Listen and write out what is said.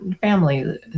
family